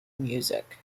music